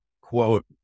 quote